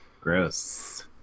Gross